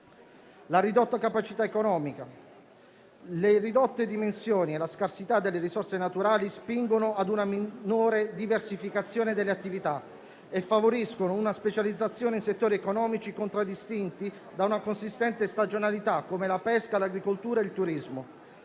La ridotta capacità economica, le ridotte dimensioni e la scarsità delle risorse naturali spingono ad una minore diversificazione delle attività e favoriscono una specializzazione in settori economici contraddistinti da una consistente stagionalità, come la pesca, l'agricoltura e il turismo.